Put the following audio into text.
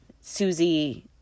Susie